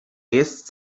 jest